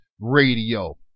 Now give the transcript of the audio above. radio